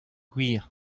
gwir